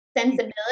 sensibility